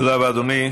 תודה רבה, אדוני.